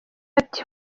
ati